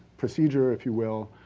procedure, if you will,